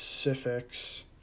specifics